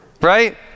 Right